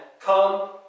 come